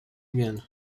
again